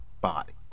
body